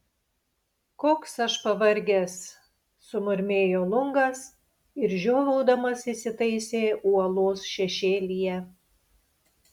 koks aš pavargęs sumurmėjo lungas ir žiovaudamas įsitaisė uolos šešėlyje